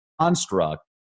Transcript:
construct